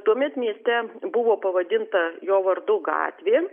tuomet mieste buvo pavadinta jo vardu gatvė